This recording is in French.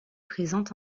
présente